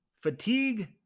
fatigue